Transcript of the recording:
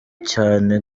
cyane